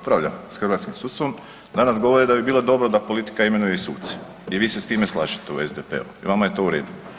upravlja s hrvatskim sudstvom danas govore da bi bilo dobro da politika imenuje i suce i vi se s time slažete u SDP-u i vama je to u redu.